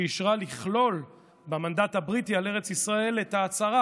שאישרה לכלול במנדט הבריטי על ארץ ישראל את ההצהרה